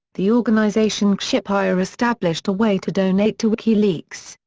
the organization xipwire established a way to donate to wikileaks,